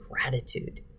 gratitude